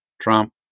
Trump